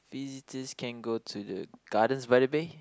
visitors can go to the Gardens by the Bay